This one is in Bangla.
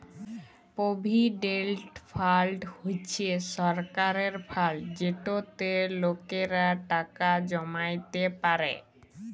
পভিডেল্ট ফাল্ড হছে সরকারের ফাল্ড যেটতে লকেরা টাকা জমাইতে পারে